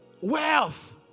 Wealth